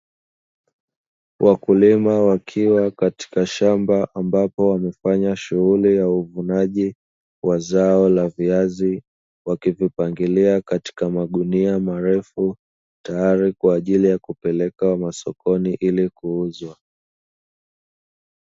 Wakulima wakiwa katika shamba ambapo wamefanya shughuli ya uvunaji wa zao la viazi, wakivipangilia katika magunia marefu tayari kwa ajili ya kupeleka masokoni ili kuuzwa.